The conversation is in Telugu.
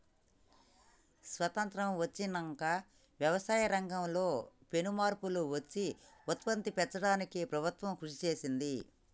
స్వాసత్రం వచ్చినంక వ్యవసాయ రంగం లో పెను మార్పులు వచ్చి ఉత్పత్తి పెంచడానికి ప్రభుత్వం కృషి చేసింది